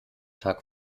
tuck